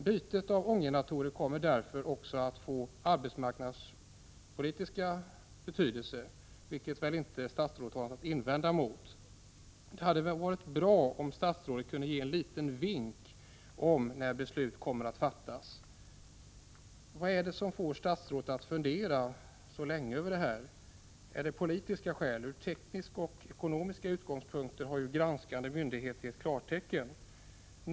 Bytet av ånggeneratorer kommer därför också att få arbetsmarknadspolitisk betydelse, vilket statsrådet väl inte har något att invända mot. Det hade varit bra om statsrådet kunnat ge en liten vink om när beslut kommer att fattas. Vad är det som får statsrådet att fundera så länge över det här? Är det politiska skäl? Från tekniska och ekonomiska utgångspunkter har ju granskande myndigheter gett klartecken.